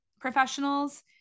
professionals